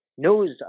Knows